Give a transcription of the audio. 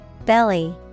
Belly